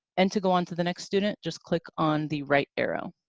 and to go on to the next student, just click on the right arrow.